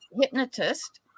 hypnotist